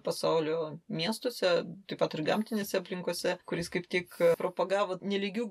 pasaulio miestuose taip pat ir gamtinėse aplinkose kuris kaip tik propagavo nelygių